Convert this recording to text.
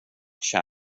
sina